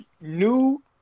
new